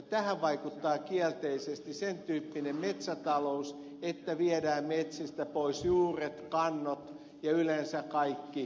tähän vaikuttaa kielteisesti sen tyyppinen metsätalous että viedään metsistä pois juuret kannot ja yleensä kaikki mahdollinen